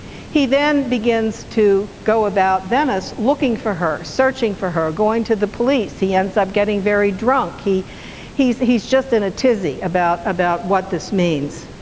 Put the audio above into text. he then begins to go about venice looking for her, searching for her, going to the police. he ends up getting very drunk. he's he's just in a tizzy about about what this means.